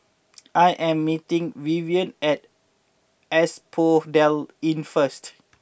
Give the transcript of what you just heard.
I am meeting Vivien at Asphodel Inn first